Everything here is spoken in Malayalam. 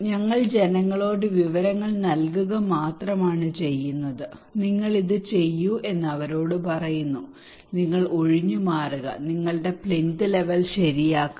ഞങ്ങൾ ജനങ്ങൾക്ക് വിവരങ്ങൾ നൽകുക മാത്രമാണ് ചെയ്യുന്നത് നിങ്ങൾ ഇത് ചെയ്യൂ എന്ന് അവരോട് പറയുന്നുനിങ്ങൾ ഒഴിഞ്ഞുമാറുക നിങ്ങളുടെ പ്ലിൻത്ത് ലെവൽ ശരിയാക്കുക